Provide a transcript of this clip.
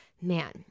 man